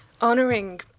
honoring